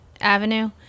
avenue